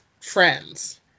friends